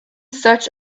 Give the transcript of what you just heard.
such